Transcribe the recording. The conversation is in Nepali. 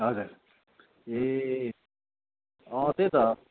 हजुर ए अँ त्यही त